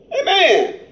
Amen